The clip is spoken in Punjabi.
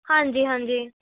ਹਾਂਜੀ ਹਾਂਜੀ